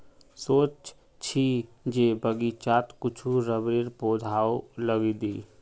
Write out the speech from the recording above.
सोच छि जे बगीचात कुछू रबरेर पौधाओ लगइ दी